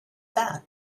that